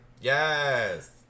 Yes